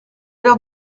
l’air